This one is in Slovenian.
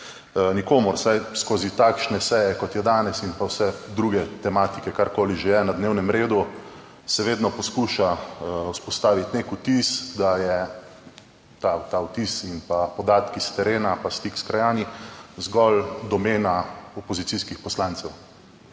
nikomur, saj skozi takšne seje kot je danes in pa vse druge tematike, karkoli že je na dnevnem redu, se vedno poskuša vzpostaviti nek vtis, da je ta vtis in pa podatki s terena, pa stik s krajani, zgolj domena opozicijskih poslancev,